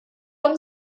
and